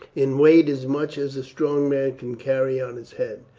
in weight as much as a strong man could carry on his head.